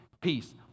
peace